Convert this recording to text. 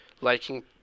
liking